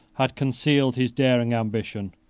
had concealed his daring ambition,